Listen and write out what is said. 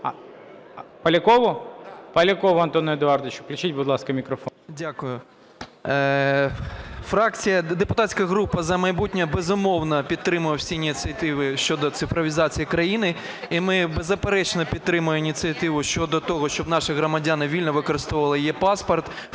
Поляков Антон Едуардович, включіть, будь ласка, мікрофон. 14:18:59 ПОЛЯКОВ А.Е. Дякую. Депутатська група "За майбутнє", безумовно, підтримує всі ініціативи щодо цифровізації країни, і ми, беззаперечно, підтримуємо ініціативу щодо того, щоб наші громадяни вільно використовували е-паспорт,